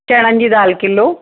चणनि जी दाल किलो